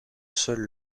seule